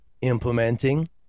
implementing